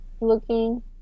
looking